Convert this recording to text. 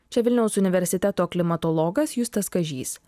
čia vilniaus universiteto klimatologas justas kažys